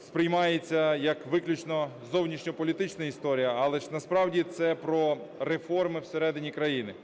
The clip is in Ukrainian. сприймається як виключно зовнішньополітична історія. Але ж насправді – це про реформи всередині країни.